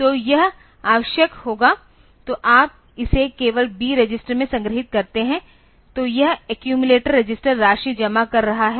तो यह आवश्यक होगा तो आप इसे केवल B रजिस्टर में संग्रहीत करते हैं तो यह एक्यूमिलेटर रजिस्टर राशि जमा कर रहा है